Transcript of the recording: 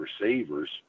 receivers